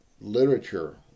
literature